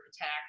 attack